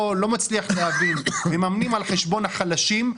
מממנים על חשבון החלשים,